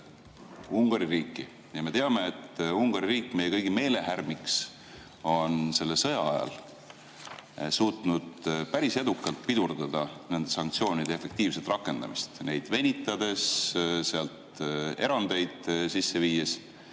Ungari riiki. Ja me teame, et Ungari riik meie kõigi meelehärmiks on selle sõja ajal suutnud päris edukalt pidurdada nende sanktsioonide efektiivset rakendamist, neid venitades, seal erandeid sisse viies.